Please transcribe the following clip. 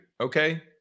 okay